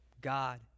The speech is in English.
God